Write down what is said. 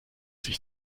sich